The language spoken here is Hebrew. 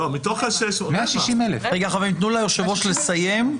מתוך 620,000 --- תנו ליושב-ראש לסיים.